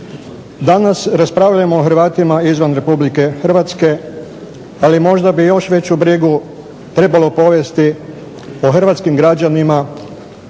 Danas raspravljamo o Hrvatima izvan Republike Hrvatske ali možda bi još veću brigu trebalo povesti o Hrvatskim građanima